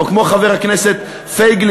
או כמו חבר הכנסת פייגלין,